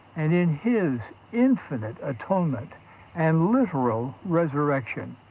and in his infinite atonement and literal resurrection.